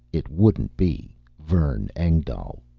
it wouldn't be vern engdahl.